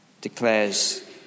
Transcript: declares